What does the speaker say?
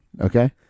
Okay